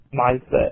mindset